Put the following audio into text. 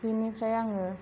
बिनिफ्राय आङो